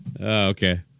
Okay